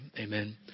Amen